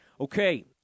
Okay